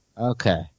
Okay